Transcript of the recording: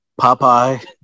Popeye